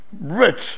rich